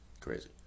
crazy